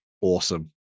awesome